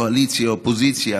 קואליציה אופוזיציה,